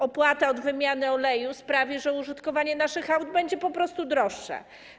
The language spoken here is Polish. Opłata od wymiany oleju sprawi, że użytkowanie naszych aut będzie po prostu droższe.